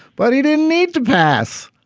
but he didn't need to pass.